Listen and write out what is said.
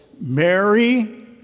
Mary